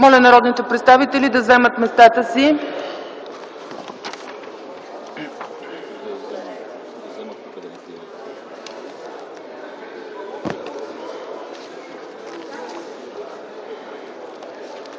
Моля народните представители да заемат местата си.